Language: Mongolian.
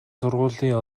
сургуулийн